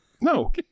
No